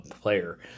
player